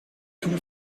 tout